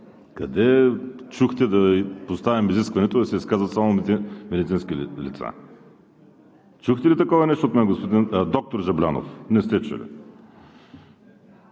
къде чухте да поставям изискването да се изказват само медицински лица? Чухте ли такова нещо от мен, доктор Жаблянов? Не сте чули.